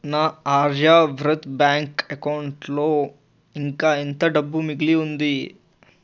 నా ఆర్యవ్రత్ బ్యాంక్ అకౌంటులో ఇంకా ఎంత డబ్బు మిగిలి ఉంది